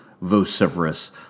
vociferous